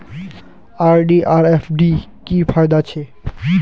RD आर FD की फ़ायदा छे?